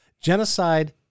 Genocide